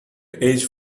age